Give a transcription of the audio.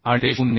आणि ते 0